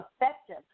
effective